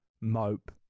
mope